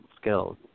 skills